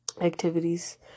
activities